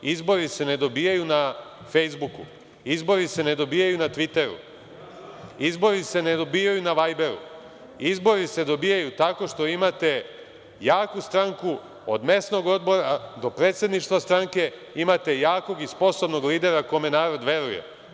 Izbori se ne dobijaju na Fejsbuku, izbori se ne dobijaju na Tviteru, izbori se ne dobijaju na vajberu, izbori se dobijaju tako što imate jaku stranku od mesnog odbora do predsedništva stranke, imate jako i sposobnog lidera kome narod veruje.